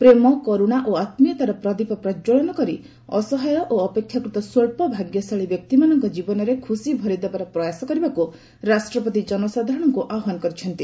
ପ୍ରେମ କରୁଣା ଓ ଆତ୍ମୀୟତାର ପ୍ରଦୀପ ପ୍ରଜ୍ଜଳନ କରି ଅସହାୟ ଓ ଅପେକ୍ଷାକୃତ ସ୍ୱଚ୍ଚ ଭାଗ୍ୟଶାଳୀ ବ୍ୟକ୍ତିମାନଙ୍କ ଜୀବନରେ ଖୁସି ଭରିଦେବାର ପ୍ରୟାସ କରିବାକୁ ରାଷ୍ଟ୍ରପତି ଜନସାଧାରଣଙ୍କୁ ଆହ୍ପାନ କହିଛନ୍ତି